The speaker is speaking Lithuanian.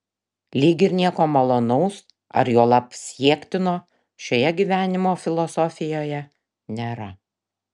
lyg ir nieko malonaus ar juolab siektino šioje gyvenimo filosofijoje nėra